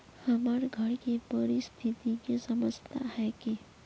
हमर घर के परिस्थिति के समझता है की?